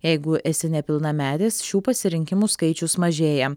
jeigu esi nepilnametis šių pasirinkimų skaičius mažėja